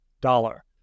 dollar